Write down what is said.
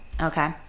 okay